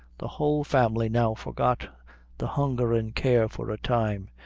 the whole family now forgot the hunger and care for a time,